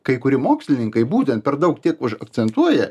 nei kai kurie mokslininkai būtent per daug tiek užakcentuoja